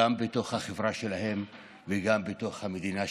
גם בתוך החברה שלהן וגם בתוך המדינה שלנו.